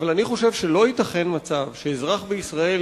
אבל אני חושב שלא ייתכן מצב שאזרח בישראל